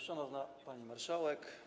Szanowna Pani Marszałek!